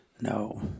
No